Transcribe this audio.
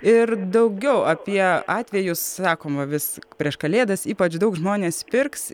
ir daugiau apie atvejus sakoma vis prieš kalėdas ypač daug žmonės pirks